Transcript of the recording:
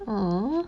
ah